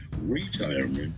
retirement